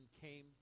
came